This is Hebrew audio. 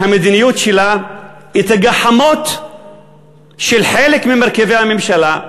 המדיניות שלה את הגחמות של חלק ממרכיבי הממשלה,